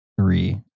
Three